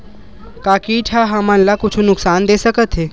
का कीट ह हमन ला कुछु नुकसान दे सकत हे?